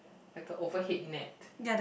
like a overhead net